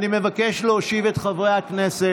אני מבקש להושיב את חברי הכנסת.